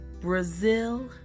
Brazil